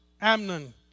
Amnon